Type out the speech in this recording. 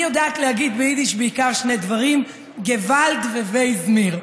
אני יודעת להגיד ביידיש בעיקר שני דברים: גוועלד וויי 'ז מיר,